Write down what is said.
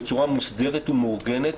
בצורה מוסדרת ומאורגנת,